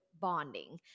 bonding